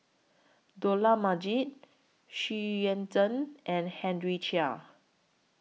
Dollah Majid Xu Yuan Zhen and Henry Chia